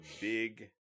big